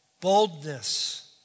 boldness